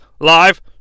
live